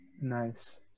Nice